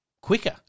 quicker